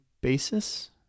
basis